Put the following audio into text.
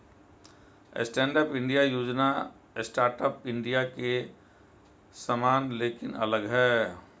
stand up India योजना startup India के समान लेकिन अलग है